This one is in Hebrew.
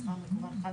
מסחר מקוון.